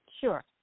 Sure